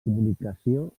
comunicació